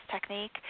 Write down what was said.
technique